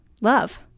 love